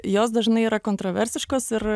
jos dažnai yra kontroversiškos ir